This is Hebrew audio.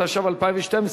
התשע"ב 2012,